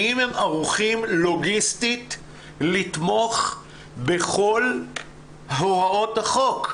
האם הם ערוכים לוגיסטית לתמוך בכל הוראות החוק,